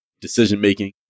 decision-making